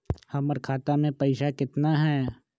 हमर खाता मे पैसा केतना है?